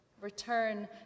return